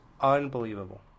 unbelievable